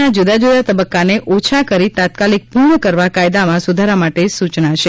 ના જુદા જુદા તબક્કાને ઓછા કરી તાત્કાલિક પૂર્ણ કરવા કાયદામાં સુધારા માટે સૂચના છે